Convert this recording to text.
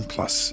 Plus